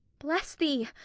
bless thee,